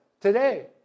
today